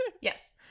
Yes